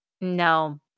no